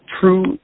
true